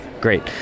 Great